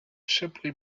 simply